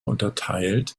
unterteilt